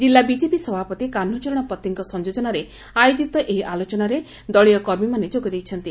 ଜିଲ୍ଲ ବିଜେପି ସଭାପତି କାହ୍ଦଚରଣ ପତିଙ୍କ ସଂଯୋଜନାରେ ଆୟୋଜିତ ଏହି ଆଲୋଚନାରେ ଦଳୀୟ କର୍ମୀମାନେ ଯୋଗ ଦେଇଛନ୍ତି